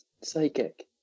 psychic